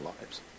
lives